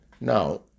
now